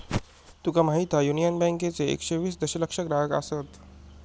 तुका माहीत हा, युनियन बँकेचे एकशे वीस दशलक्ष ग्राहक आसत